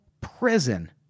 prison